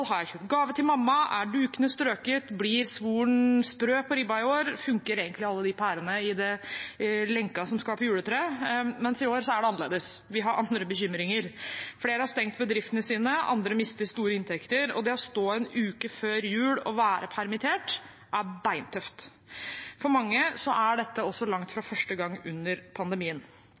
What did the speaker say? gave til mamma? Er dukene strøket? Blir svoren sprø på ribba i år? Fungerer egentlig alle pærene i lenken som skal på juletreet? I år er det annerledes, vi har andre bekymringer. Flere har stengt bedriftene sine, andre mister store inntekter. Det å stå én uke før jul og være permittert er beintøft. Og for mange er dette langt fra første gang under pandemien.